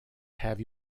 have